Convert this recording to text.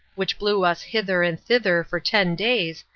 which blew us hither and thither for ten days,